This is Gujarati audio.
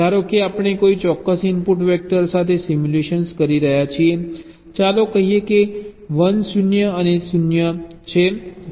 ધારો કે આપણે કોઈ ચોક્કસ ઇનપુટ વેક્ટર સાથે સિમ્યુલેશન કરી રહ્યા છીએ ચાલો કહીએ કે 1 0 અને 0 છે